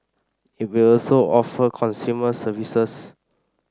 it will also offer consumer services